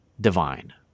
divine